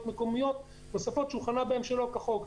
מקומיות נוספות שהוא חנה בהן שלא כחוק.